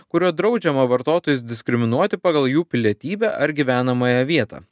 kuriuo draudžiama vartotojus diskriminuoti pagal jų pilietybę ar gyvenamąją vietą